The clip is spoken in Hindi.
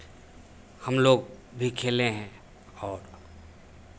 हम लोग भी खेले हैं और